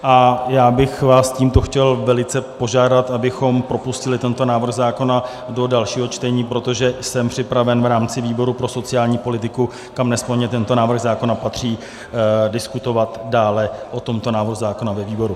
A já bych vás tímto chtěl velice požádat, abychom propustili tento návrh zákona do dalšího čtení, protože jsem připraven v rámci výboru pro sociální politiku, kam nesporně tento návrh zákona patří, diskutovat dále o tomto návrhu zákona ve výboru.